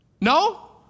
No